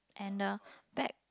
and the back